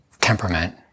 temperament